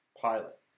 pilot